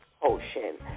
potion